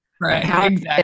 right